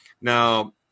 Now